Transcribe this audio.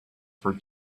for